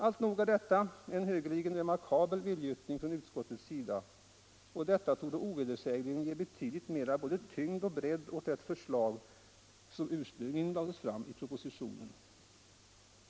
Alltnog är detta en högeligen remarkabel viljeyttring från utskottets sida, och detta torde ovedersägligen ge betydligt mera av både tyngd och bredd åt det förslag som ursprungligen lades fram i propositionen.